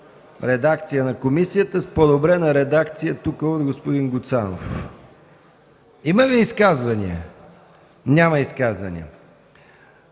редакция на комисията, с подобрена редакция тук от господин Гуцанов. Има ли изказвания? Няма изказвания.